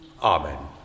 Amen